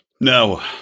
No